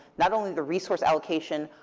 not only the resource allocation,